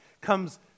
comes